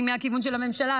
אני מהכיוון של הממשלה,